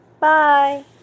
Bye